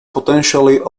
potentially